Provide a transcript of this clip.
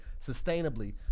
sustainably